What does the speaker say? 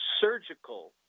surgical